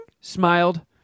Smiled